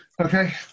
Okay